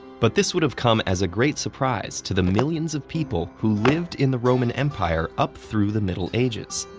but this would've come as a great surprise to the millions of people who lived in the roman empire up through the middle ages.